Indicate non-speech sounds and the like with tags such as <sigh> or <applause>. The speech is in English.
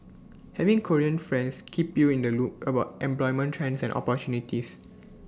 having Korean friends keep you in the loop about employment trends and opportunities <noise>